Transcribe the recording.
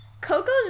Coco's